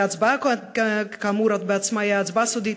וההצבעה בעצמה היא כאמור הצבעה סודית.